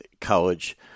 college